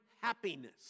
happiness